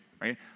right